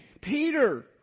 Peter